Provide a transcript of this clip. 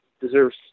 deserves